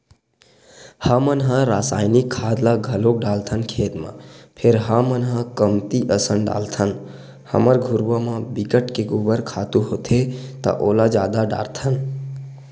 हमन ह रायसायनिक खाद ल घलोक डालथन खेत म फेर हमन ह कमती असन डालथन हमर घुरूवा म बिकट के गोबर खातू होथे त ओला जादा डारथन